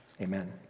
amen